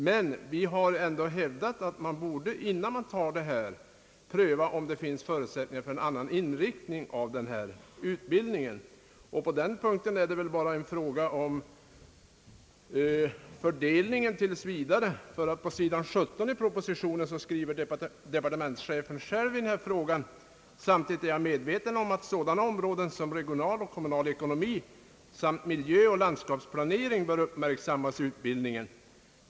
Men vi vill ändå hävda att man, innan man tar avtalet, bör pröva om det finns förutsättningar för en annan inriktning av denna utbildning. På den punkten är det väl bara en fråga om fördelningen tills vidare av antalet professurer. För Övrigt skriver på sidan 17 i propositionen departementschefen: »Samtidigt är jag medveten om att sådana områdena som regional och kommunal ekonomi samt miljöoch landskapsplanering bör uppmärksammas i utbildningen.